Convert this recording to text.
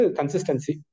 consistency